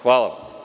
Hvala.